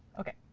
ok,